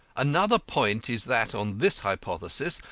another point is that on this hypothesis,